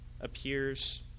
appears